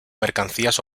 mercancías